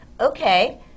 okay